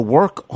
work